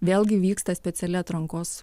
vėlgi vyksta speciali atrankos